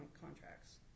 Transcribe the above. contracts